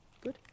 Good